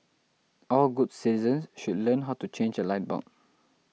all good citizens should learn how to change a light bulb